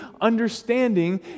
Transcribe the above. understanding